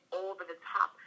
over-the-top